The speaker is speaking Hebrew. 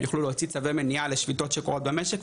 הם יוכלו להוציא צווי מניעה לשביתות שקורות במשק,